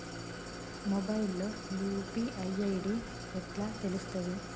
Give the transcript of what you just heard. Mobile లో UPI ID ఎట్లా తెలుస్తది?